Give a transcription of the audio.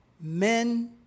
Men